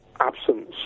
absence